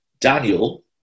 Daniel